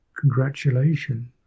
Congratulations